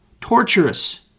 Torturous